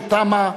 התחמושת תמה,